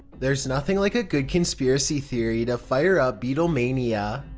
there's nothing like a good conspiracy theory to fire up beatlemania.